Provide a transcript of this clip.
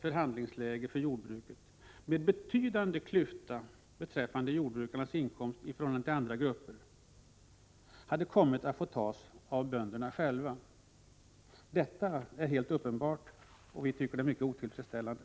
förhandlingsläge för jordbruket, med betydande klyfta mellan jordbrukarnas inkomster och andra gruppers, skulle ha inneburit att konsekvenserna hade kommit att få tas av bönderna själva. Detta är helt uppenbart, och vi tycker att det är mycket otillfredsställande.